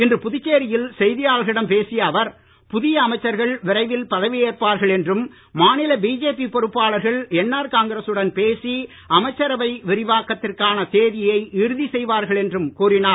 இன்று புதுச்சேரியில் செய்தியாளர்களிடம் அவர் புதிய அமைச்சர்கள் விரைவில் பதவியேற்பார்கள் என்றும் மாநில பிஜேபி பொறுப்பாளர்கள் என்ஆர் காங்கிரசுடன் பேசி அமைச்சரவை விரிவாக்கத்திற்கான தேதியை இறுதி செய்வார்கள் என்றும் கூறினார்